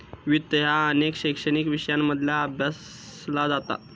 वित्त ह्या अनेक शैक्षणिक विषयांमध्ये अभ्यासला जाता